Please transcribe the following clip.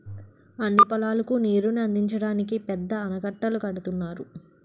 అన్ని పొలాలకు నీరుని అందించడానికి పెద్ద ఆనకట్టలు కడుతున్నారు